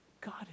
God